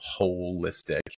holistic